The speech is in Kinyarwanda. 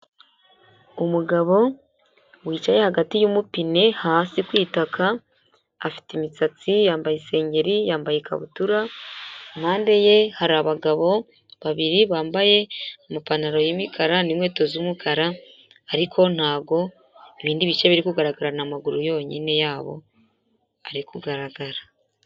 Umugabo wicaye hagati y'umupine hasi ku itaka afite imisatsi, yambaye isengeri, yambaye ikabutura, impande ye hari abagabo babiri bambaye amapantaro y'imikara n'inkweto z'umukara, ariko ntabwo ibindi bice biri kugaragara ni amaguru yonyine yabo ari kugaragara.